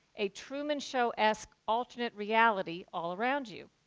a truman show-esque alternate reality all around you?